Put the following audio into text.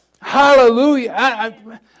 hallelujah